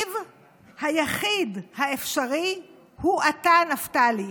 המשיב היחיד האפשרי הוא אתה, נפתלי,